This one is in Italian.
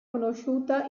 conosciuta